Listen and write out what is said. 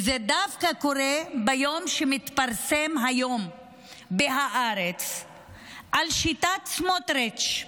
וזה קורה דווקא כשמתפרסם היום בהארץ על שיטת סמוטריץ',